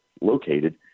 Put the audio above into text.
located